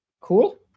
cool